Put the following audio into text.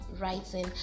writing